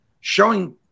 showing